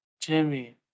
Jimmy